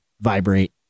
vibrate